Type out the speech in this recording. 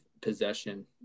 possession